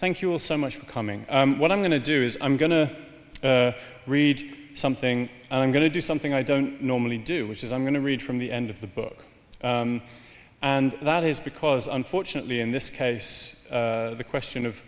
thank you all so much for coming what i'm going to do is i'm going to read something and i'm going to do something i don't normally do which is i'm going to read from the end of the book and that is because unfortunately in this case the question of